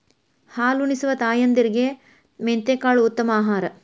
ಹಾಲುನಿಸುವ ತಾಯಂದಿರಿಗೆ ಮೆಂತೆಕಾಳು ಉತ್ತಮ ಆಹಾರ